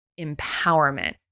empowerment